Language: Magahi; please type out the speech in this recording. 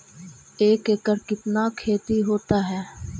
एक एकड़ कितना खेति होता है?